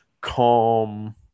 calm